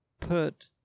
put